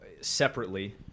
separately